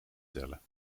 tellen